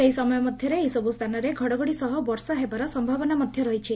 ସେହି ସମୟ ମଧ୍ଧରେ ଏହିସବୁ ସ୍ରାନରେ ଘଡ଼ଘଡ଼ି ସହ ବର୍ଷା ହେବାର ସ୍ୟାବନା ମଧ ରହିଛି